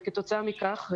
כתוצאה מכך,